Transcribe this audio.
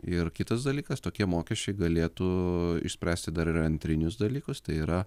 ir kitas dalykas tokie mokesčiai galėtų išspręsti dar ir antrinius dalykus tai yra